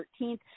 13th